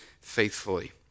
faithfully